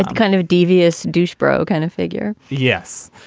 kind of devious douche bro kind of figure yes.